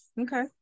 okay